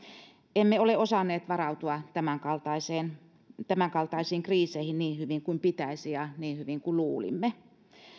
emme ole osanneet varautua tämänkaltaisiin tämänkaltaisiin kriiseihin niin hyvin kuin pitäisi ja niin hyvin kuin luulimme